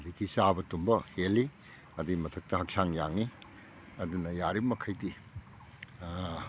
ꯍꯧꯖꯤꯛꯀꯤ ꯆꯥꯕ ꯇꯨꯝꯕ ꯍꯦꯜꯂꯤ ꯑꯗꯨꯏ ꯃꯊꯛꯇ ꯍꯀꯆꯥꯡ ꯌꯥꯡꯏ ꯑꯗꯨꯅ ꯌꯥꯔꯤ ꯃꯈꯩꯗꯤ